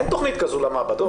אין תכנית כזאת למעבדות.